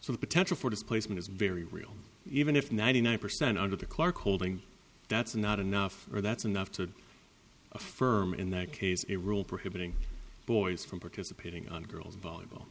so the potential for displacement is very real even if ninety nine percent under the clarke holding that's not enough or that's enough to affirm in that case a rule prohibiting boys from participating on girls volleyball